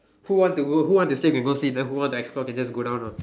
who want to go who want to sleep can go sleep then who want to explore can just go down ah